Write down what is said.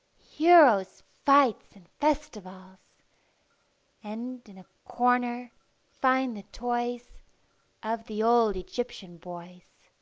heroes, fights and festivals and in a corner find the toys of the old egyptian boys.